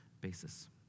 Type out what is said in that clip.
basis